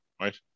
right